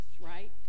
right